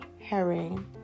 herring